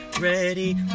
Ready